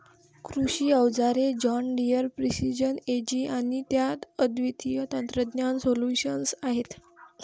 कृषी अवजारे John Deere precision AG आणि त्यात अद्वितीय तंत्रज्ञान सोल्यूशन्स आहेत